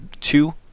two